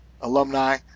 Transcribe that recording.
alumni